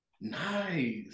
Nice